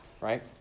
right